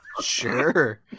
sure